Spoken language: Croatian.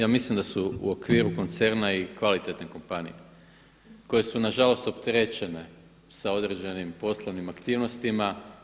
Ja mislim da su u okviru koncerna i kvalitetne kompanije koje su na žalost opterećene sa određenim poslovnim aktivnostima.